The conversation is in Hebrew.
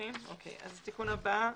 התיקון הבא,